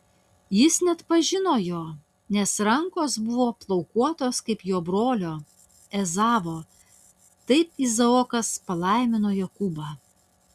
jis neatpažino jo nes rankos buvo plaukuotos kaip jo brolio ezavo taip izaokas palaimino jokūbą